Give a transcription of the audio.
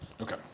Okay